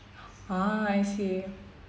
ah I see